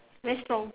very strong